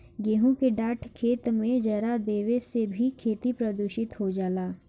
गेंहू के डाँठ खेत में जरा देवे से भी खेती प्रदूषित हो जाला